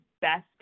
best